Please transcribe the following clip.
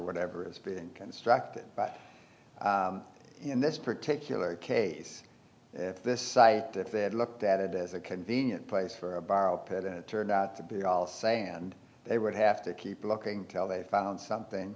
whatever is being constructed but in this particular case this site if they had looked at it as a convenient place for a barrel turned out to be all say and they would have to keep looking tell they found something